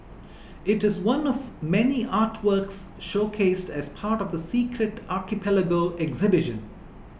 it is one of many artworks showcased as part of the Secret Archipelago exhibition